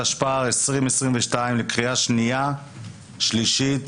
התשפ"ב-2022, לקריאה שנייה ושלישית